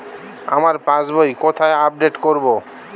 আমার পাস বই কোথায় আপডেট করব?